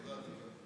תודה.